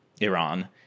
Iran